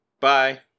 Bye